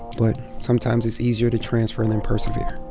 but sometimes it's easier to transfer than persevere